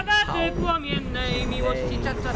how can they